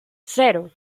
cero